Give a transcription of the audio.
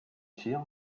tir